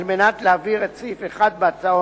על מנת להעביר את סעיף 1 בהצעות